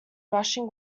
rushing